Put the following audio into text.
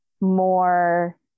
more